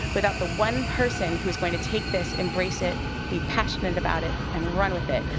without the one person who is going to take this, embrace it, be passionate about it, and run with it,